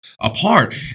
apart